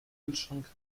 kühlschrank